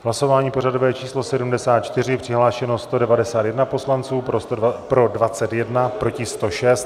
Hlasování pořadové číslo 74, přihlášeno 191 poslanců, pro 21, proti 106.